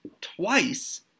twice